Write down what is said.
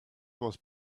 was